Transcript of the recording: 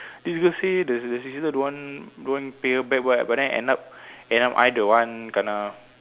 this girl say the the sister don't want don't want pay her back what but than end up end up I the one kena